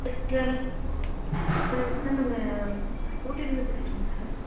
travel sir sir நாங்கள் ஊட்டியிலந்து பேசுகிறோங்க சார்